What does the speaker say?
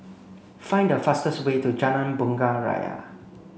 find the fastest way to Jalan Bunga Raya